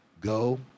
Go